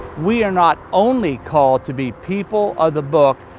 we are not only called to be people of the book,